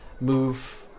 move